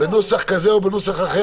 -- בנוסח כזה או בנוסח אחר,